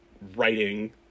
writing